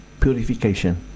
purification